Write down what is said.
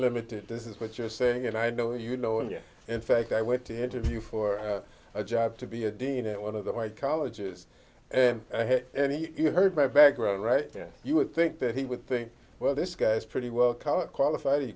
limited this is what you're saying and i know you know and you in fact i went to interview for a job to be a dean at one of the white colleges and he heard my background right then you would think that he would think well this guy's pretty well cut qualified he